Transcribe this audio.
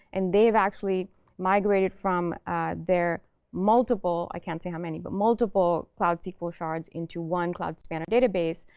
and they've actually migrated from their multiple i can't say how many, but multiple cloud sql shards into one cloud spanner database.